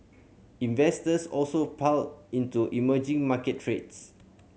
investors also piled into emerging market trades